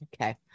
okay